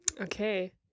Okay